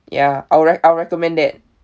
ya I will I'll recommend that